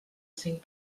cinc